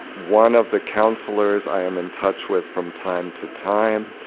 one of the counsellors i am in touch with from time to time,